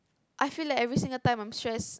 I feel like every single time I'm stressed